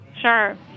Sure